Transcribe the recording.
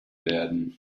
werden